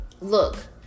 Look